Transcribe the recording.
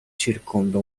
circonda